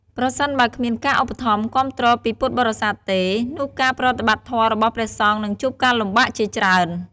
ប្រសិនបើគ្មានការឧបត្ថម្ភគាំទ្រពីពុទ្ធបរិស័ទទេ នោះការប្រតិបត្តិធម៌របស់ព្រះសង្ឃនឹងជួបការលំបាកជាច្រើន។